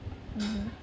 mmhmm